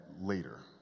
later